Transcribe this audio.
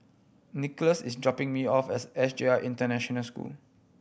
Nicholas is dropping me off as S J I International School